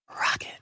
Rocket